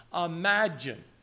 Imagine